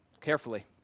carefully